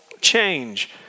change